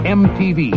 mtv